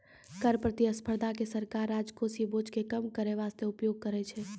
कर प्रतिस्पर्धा के सरकार राजकोषीय बोझ के कम करै बासते उपयोग करै छै